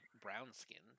brown-skinned